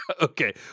Okay